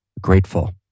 grateful